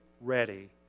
ready